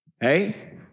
Hey